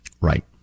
Right